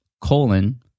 colon